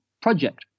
project